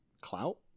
clout